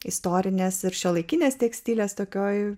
istorinės ir šiuolaikinės tekstilės tokioj